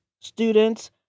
students